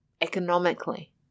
economically